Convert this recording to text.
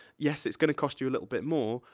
yes, it's gonna cost you a little bit more,